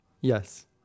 Yes